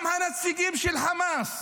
גם הנציגים של חמאס